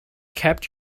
kept